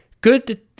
good